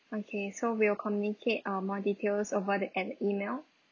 okay so we'll communicate um more details about it at the email